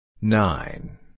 Nine